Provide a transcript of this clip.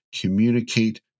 communicate